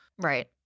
Right